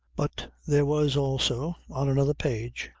but there was also, on another page,